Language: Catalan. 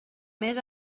més